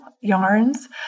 yarns